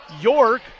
York